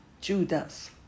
Judas